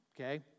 Okay